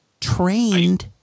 trained